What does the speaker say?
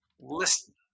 Listen